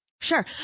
Sure